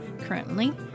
Currently